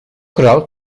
kural